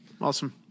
Awesome